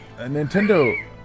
Nintendo